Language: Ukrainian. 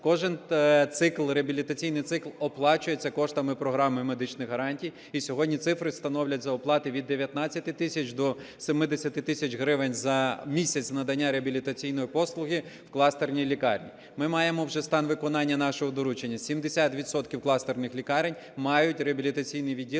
Кожен реабілітаційний цикл оплачується коштами програми медичних гарантій. І сьогодні цифри становлять за оплату від 19 тисяч до 70 тисяч гривень за місяць надання реабілітаційної послуги в кластерній лікарні. Ми маємо вже стан виконання нашого доручення: 70 відсотків кластерних лікарень мають реабілітаційні відділення,